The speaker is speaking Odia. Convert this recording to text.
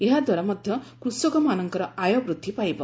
ଏହାଦ୍ୱାରା ମଧ୍ୟ କୃଷକମାନଙ୍କର ଆୟ ବୃଦ୍ଧି ପାଇବ